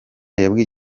yabwiye